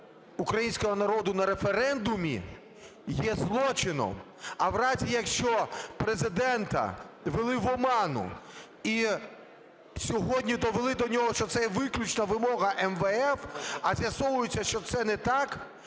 українського народу на референдумі є злочином, а в разі, якщо Президента ввели в оману і сьогодні довели до нього, що це є виключно вимога МВФ, а з'ясовується, що це не так,